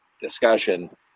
discussion